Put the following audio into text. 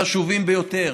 חשובים ביותר.